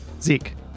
Zeke